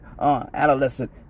adolescent